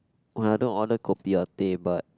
well I don't order kopi or teh but